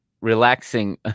relaxing